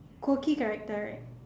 cool key character right